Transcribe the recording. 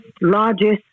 largest